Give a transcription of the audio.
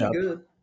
good